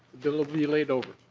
bill will be laid over.